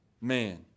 man